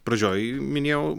pradžioj minėjau